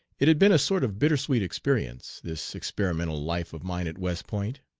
it had been a sort of bittersweet experience, this experimental life of mine at west point.